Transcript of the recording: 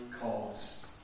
cause